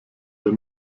der